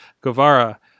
guevara